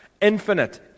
infinite